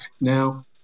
now